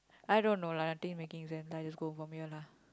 I don't know lah I think making just go from here lah